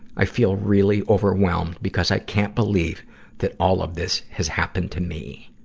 i feel really overwhelmed, because i can't believe that all of this has happened to me.